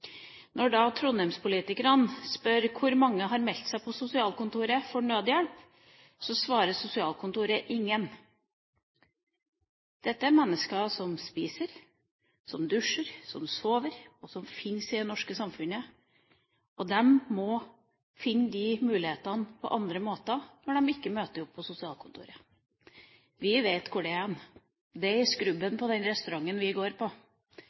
Når da trondheimspolitikerne spør hvor mange som har meldt seg på sosialkontoret for å få nødhjelp, svarer sosialkontoret: Ingen. Dette er mennesker som spiser, som dusjer, som sover, og som fins i det norske samfunnet. De må finne mulighet for dette på andre måter når de ikke møter opp på sosialkontoret. Vi vet hvor det er: Det er i skrubben på den restauranten vi